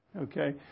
okay